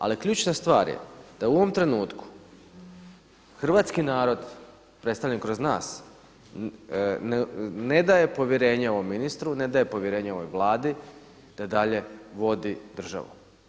Ali ključna stvar je da u ovom trenutku hrvatski narod predstavljen kroz nas ne daje povjerenje ovom ministru, ne daje povjerenje ovoj Vladi da dalje vodi državu.